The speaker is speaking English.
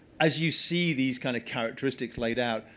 as you see these kind of characteristics laid out,